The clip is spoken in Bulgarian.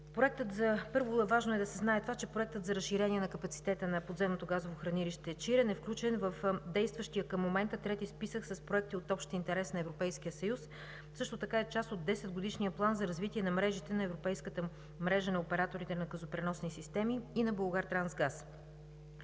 проектът за разширение на капацитета на подземното газово хранилище „Чирен“ е включен в действащия към момента трети списък с проекти от общ интерес на Европейския съюз. Също така е част от 10-годишния план за развитие на мрежите на Европейската мрежа на операторите на газопреносни системи и на „Булгартрансгаз“.